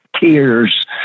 tears